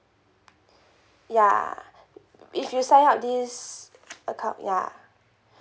ya if you sign up this account ya